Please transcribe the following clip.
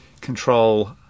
control